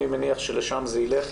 אני מניח שלשם זה ילך.